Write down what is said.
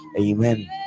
Amen